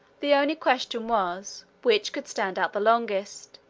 the only question was which could stand out the longest,